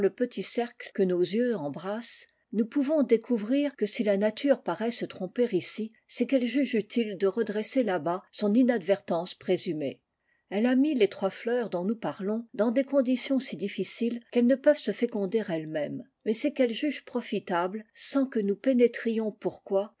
cercle que nos yeux embrassent nous pouvons découvrir que si la nature paraît se tromper ici c'est qu'elle juge utile de redresser là-bas son inadvertance présumée elle a mis les trois fleurs dont nous parlons dans des conditions si difticiles qu'elles ne peuvent se féconder elles-mêmes mais c'est qu'elle juge profitable sans que nous pénétrions pourquoi